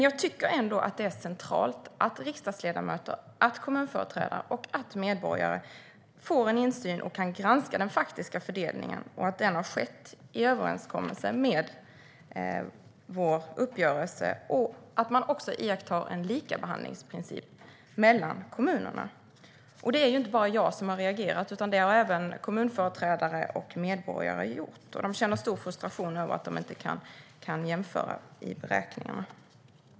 Jag tycker dock ändå att det är centralt att riksdagsledamöter, kommunföreträdare och medborgare får insyn i och kan granska den faktiska fördelningen för att se att den har skett i överensstämmelse med vår uppgörelse samt att man iakttar en likabehandlingsprincip mellan kommunerna. Det är inte bara jag som har reagerat, utan det har även kommunföreträdare och medborgare gjort. De känner stor frustration över att de inte kan jämföra i beräkningarna.